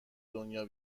دنیا